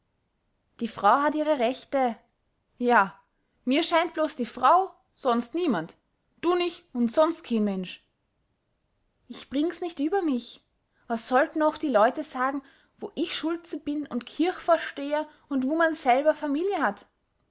die frau hat ihre rechte ja mir scheint bloß die frau sonst niemand du nich und sonst keen mensch ich bring's nich über mich was sollten ooch die leute sagen wo ich schulze bin und kirchvorsteher und wu man selber familie hat